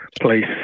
place